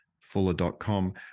fuller.com